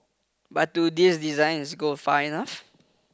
but do these designs go far enough